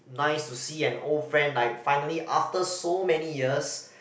nice to see an old friend like finally after so many years